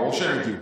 ברור שהם הגיעו.